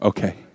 Okay